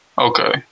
Okay